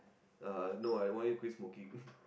uh no I want you quit smoking